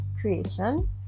creation